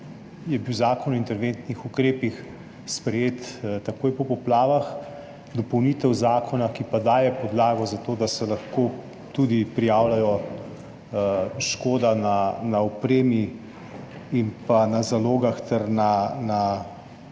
je bil Zakon o interventnih ukrepih sprejet takoj po poplavah, dopolnitev zakona, ki daje podlago za to, da se lahko tudi prijavlja škoda na opremi in na zalogah ter na strojih,